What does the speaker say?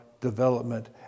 development